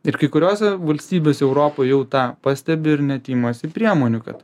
ir kai kuriose valstybėse europoj jau tą pastebi ir net imasi priemonių kad